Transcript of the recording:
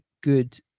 good